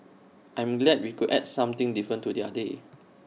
I am glad we could add something different to their day